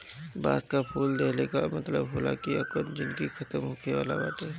बांस कअ फूल देहले कअ मतलब होला कि ओकर जिनगी खतम होखे वाला बाटे